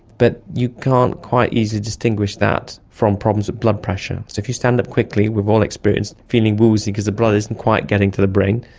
but you can't quite easily distinguish that from problems of blood pressure. so if you stand up quickly, we have all experienced feeling woozy because the blood isn't quite getting to the brain,